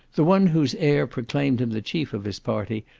the one whose air proclaimed him the chief of his party,